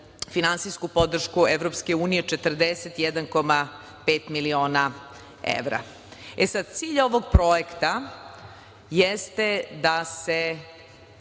finansijsku podršku EU 41,5 miliona evra. Cilj ovog projekta jeste da se